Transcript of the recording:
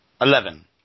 Eleven